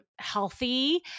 healthy